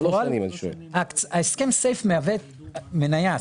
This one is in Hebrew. ההסכם סייף מהווה מנייה,